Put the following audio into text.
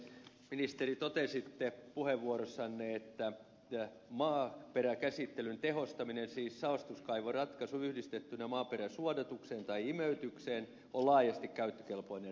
ministeri totesitte puheenvuorossanne että maaperäkäsittelyn tehostaminen siis saostuskaivoratkaisu yhdistettynä maaperäsuodatukseen tai imeytykseen on laajasti käyttökelpoinen ratkaisu